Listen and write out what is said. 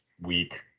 week